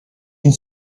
une